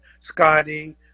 Scotty